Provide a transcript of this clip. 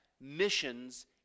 missions